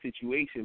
situation